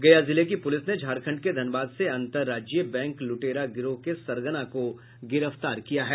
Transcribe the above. गया जिले की पुलिस ने झारखंड के धनबाद से अंतरराज्यीय बैंक लुटेरा गिरोह के सरगना को गिरफ्तार किया है